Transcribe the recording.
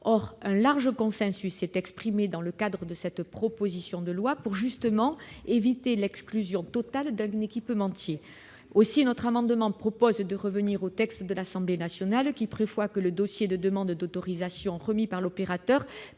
Or un large consensus s'est exprimé dans le cadre de cette proposition de loi pour, justement, éviter l'exclusion totale d'un équipementier. Aussi, au travers de notre amendement, nous proposons d'en revenir au texte de l'Assemblée nationale, qui prévoit que le dossier de demande d'autorisation remis par l'opérateur